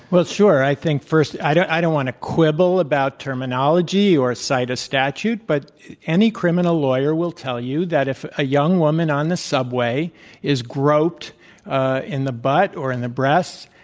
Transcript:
well, sure. i think, first, i don't i don't want to quibble about terminology or cite a statute. but any criminal lawyer will tell you that if a young woman on the subway is groped ah in the butt or in the breasts,